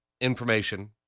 information